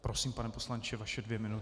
Prosím, pane poslanče, vaše dvě minuty.